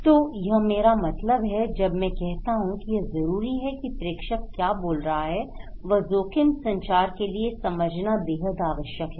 तो यह मेरा मतलब है जब मैं कहता हूं कि यह जरूरी है की प्रेषक क्या बोल रहा है वह जोखिम संचार के लिए समझना बेहद आवश्यक है